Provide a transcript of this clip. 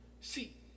See